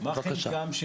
מה חלקה של